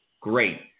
great